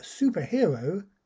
Superhero